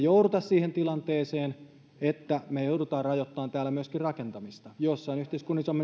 ei jouduta siihen tilanteeseen että me joudumme rajoittamaan täällä myöskin rakentamista joissain yhteiskunnissa on